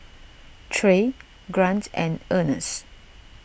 Trey Grant and Earnest